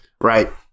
right